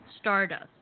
Stardust